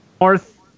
north